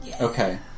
Okay